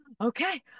okay